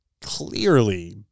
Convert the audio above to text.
clearly